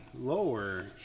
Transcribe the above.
lower